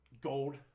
gold